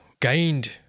gained